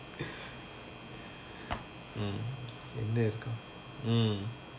mm என்ன இருக்கு:enna irukku mm